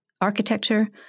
Architecture